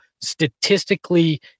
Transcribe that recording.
statistically